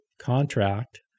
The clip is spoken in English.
contract